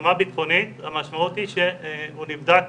המשמעות היא שהוא נבדק